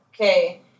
Okay